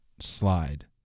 slide